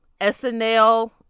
SNL